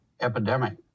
epidemic